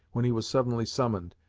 when he was suddenly summoned,